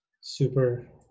super